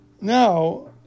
now